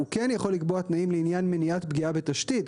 הוא כן יכול לקבוע תנאים לעניין מניעת פגיעה בתשתית.